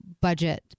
budget